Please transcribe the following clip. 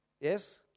Yes